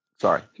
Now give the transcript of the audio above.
Sorry